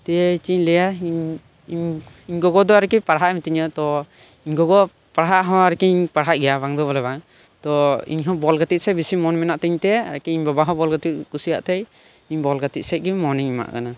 ᱫᱤᱭᱮ ᱪᱮᱫ ᱤᱧ ᱞᱟᱹᱭᱟ ᱤᱧᱤᱧ ᱜᱚᱜᱚ ᱫᱚ ᱟᱨᱠᱤ ᱯᱟᱲᱦᱟᱜ ᱮ ᱢᱤᱛᱟᱹᱧᱟ ᱛᱚ ᱤᱧ ᱜᱚᱜᱚ ᱯᱟᱲᱦᱟᱜ ᱦᱚᱸ ᱟᱨᱠᱤᱧ ᱯᱟᱲᱦᱟᱜ ᱜᱮᱭᱟ ᱵᱟᱝ ᱫᱚ ᱵᱚᱞᱮ ᱵᱟᱝ ᱛᱚ ᱤᱧ ᱦᱚᱸ ᱵᱚᱞ ᱜᱟᱛᱮᱜ ᱥᱮᱫ ᱵᱮᱥᱤ ᱢᱚᱱ ᱢᱮᱱᱟᱜ ᱛᱤᱧ ᱛᱮ ᱟᱨ ᱠᱤ ᱤᱧ ᱵᱟᱵᱟ ᱦᱚᱸ ᱵᱚᱞ ᱜᱟᱛᱮᱜ ᱮ ᱠᱩᱥᱩᱭᱟᱜ ᱛᱮᱭ ᱤᱧ ᱵᱚᱞ ᱜᱟᱛᱮᱜ ᱥᱮᱫ ᱜᱮ ᱢᱚᱱ ᱤᱧ ᱮᱢᱟᱜ ᱠᱟᱱᱟ